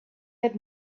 had